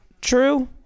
true